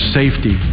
safety